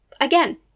again